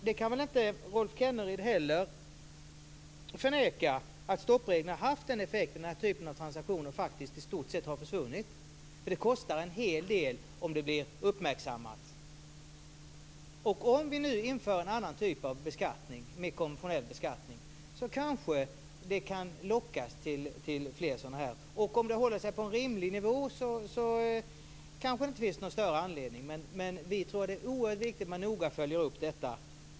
Inte heller Rolf Kenneryd kan väl förneka att stoppreglerna har haft effekten att denna typ av transaktioner i stort sett har försvunnit. Det kostar nämligen en hel del om de blir uppmärksammade. Om vi nu inför en annan typ av beskattning som är mer konventionell kanske det kan locka till mer sådant här. Om det håller sig på en rimlig nivå kanske det inte finns någon större anledning till oro. Men vi tror att det är oerhört viktigt att man noggrant följer upp detta.